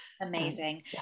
Amazing